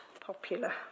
popular